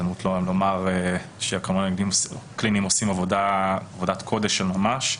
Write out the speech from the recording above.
זה המקום לומר שקרימינולוגים קליניים עושים עבודת קודש של ממש.